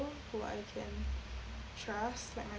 who I can trust like my